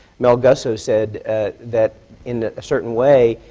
mel gussow said that in a certain way,